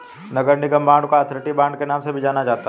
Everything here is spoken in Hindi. नगर निगम बांड को अथॉरिटी बांड के नाम से भी जाना जाता है